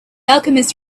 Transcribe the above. alchemist